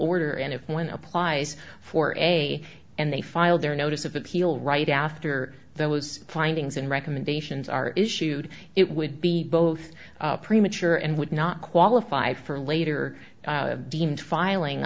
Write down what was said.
order and if one applies for a and they filed their notice of appeal right after those findings and recommendations are issued it would be both premature and would not qualify for a later deemed filing